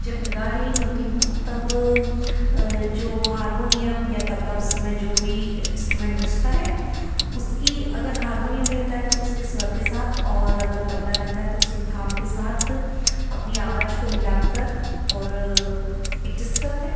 जब मैं गा रही होती हूँ तब जो हारमोनियम या तबला उस समय जो भी इन्सट्रूमेंट बजता है उसकी अगर हारमोनियम रहता है तो उसके स्वर के साथ और अगर तबला रहता है तो उसकी थाप के साथ अपनी आवाज को मिलाकर ओर एडजस्ट करते हैं